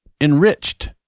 Enriched